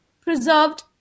preserved